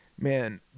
man